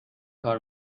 کار